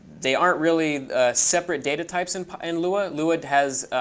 they aren't really separate data types in and lua. lua has